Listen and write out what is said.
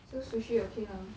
so sushi okay lah